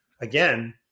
Again